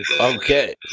Okay